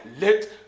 Let